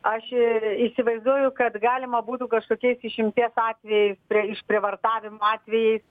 aš įsivaizduoju kad galima būtų kažkokiais išimties atvejais pre išprievartavimo atvejais